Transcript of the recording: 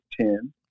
Ten